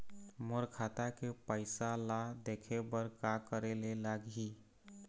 मोर खाता के पैसा ला देखे बर का करे ले लागही?